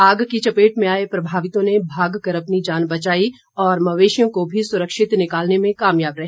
आग की चपेट में आए प्रभावितों ने भाग कर अपनी जान बचाई और मवेशियों को भी सुरक्षित निकालने में कामयाब रहे